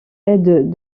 aide